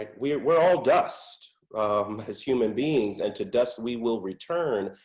like we're we're all dust as human beings and to dust we will return.